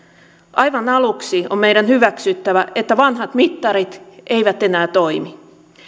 aivan aluksi on meidän hyväksyttävä että vanhat mittarit eivät enää toimi